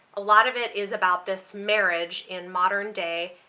a lot of it is about this marriage in modern day.